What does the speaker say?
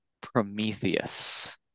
Prometheus